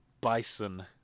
Bison